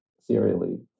serially